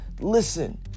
listen